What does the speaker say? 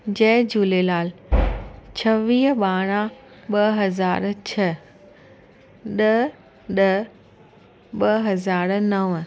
जय झूलेलाल छवीह ॿारहं ॿ हज़ार छह ॾह ॾह ॿ हज़ार नव